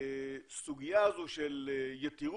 ולכן הסוגיה הזו של יתירות,